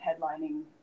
headlining